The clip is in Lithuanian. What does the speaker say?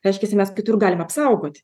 reiškiasi mes kitur galim apsaugoti